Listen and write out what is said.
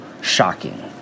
shocking